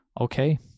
Okay